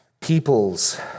Peoples